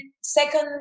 second